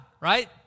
right